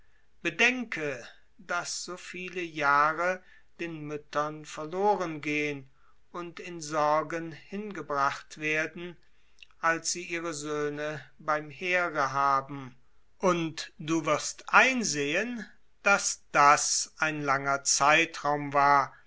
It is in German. bedenke daß so viele jahre den müttern verloren gehen und in sorgen hingebracht werden als sie ihre söhne beim heere haben und du wirst einsehen daß das ein langer zeitraum war